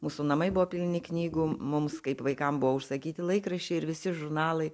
mūsų namai buvo pilni knygų mums kaip vaikam buvo užsakyti laikraščiai ir visi žurnalai